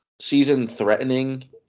season-threatening